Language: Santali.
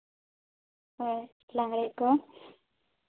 ᱦᱳᱭ ᱠᱚᱣᱟ